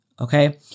Okay